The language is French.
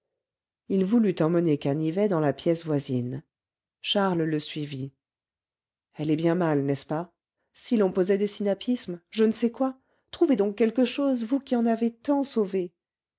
il voulut emmener canivet dans la pièce voisine charles le suivit elle est bien mal n'est-ce pas si l'on posait des sinapismes je ne sais quoi trouvez donc quelque chose vous qui en avez tant sauvé